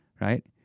right